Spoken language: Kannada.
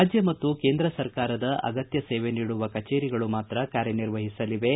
ರಾಜ್ಯ ಮತ್ತು ಕೇಂದ್ರ ಸರ್ಕಾರದ ಅಗತ್ಯ ಸೇವೆ ನೀಡುವ ಕಚೇರಿಗಳು ಮಾತ್ರ ಕಾರ್ಯ ನಿರ್ವಹಿಸಲಿವೆ